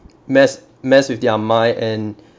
mess mess with their mind and